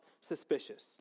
suspicious